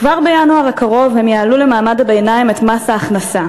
כבר בינואר הקרוב הם יעלו למעמד הביניים את מס ההכנסה.